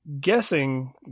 guessing